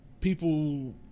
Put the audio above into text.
people